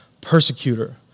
persecutor